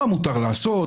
מה מותר לעשות,